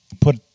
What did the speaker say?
put